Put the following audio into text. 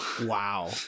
Wow